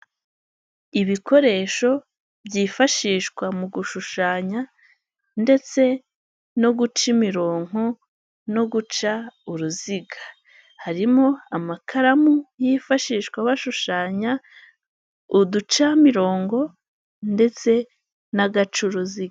Ibikoresho byifashishwa mu gushushanya ndetse no guca imirongongo no guca uruziga, harimo; amakaramu yifashishwa bashushanya, uducamirongo ndetse n'agacuruziga.